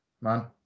man